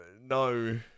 No